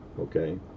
okay